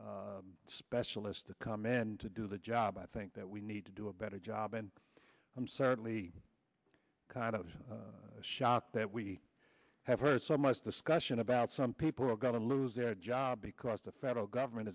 foreign specialists to come in to do the job i think that we need to do a better job and i'm certainly kind of shocked that we have heard so much discussion about some people who are going to lose their job because the federal government